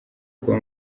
kuba